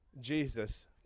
Jesus